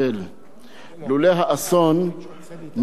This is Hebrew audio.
מסופקני אם היינו מגיעים עד הלום.